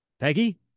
Peggy